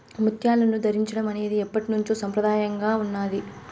ముత్యాలను ధరించడం అనేది ఎప్పట్నుంచో సంప్రదాయంగా ఉన్నాది